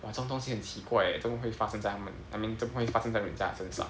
!wah! 这种东西很奇怪 eh 怎么会发生在他们 I mean 怎么会发生在人家生上